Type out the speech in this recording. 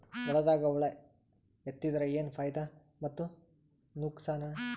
ಹೊಲದಾಗ ಹುಳ ಎತ್ತಿದರ ಏನ್ ಫಾಯಿದಾ ಮತ್ತು ನುಕಸಾನ?